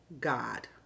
God